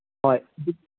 ꯍꯣꯏ